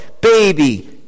Baby